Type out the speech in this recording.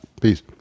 peace